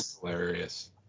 hilarious